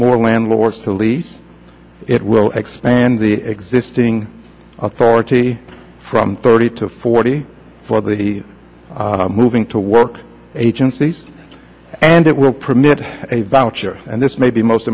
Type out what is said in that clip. more landlords to lease it will expand the existing authority from thirty to forty for the moving to work agencies and it will permit a voucher and this may be most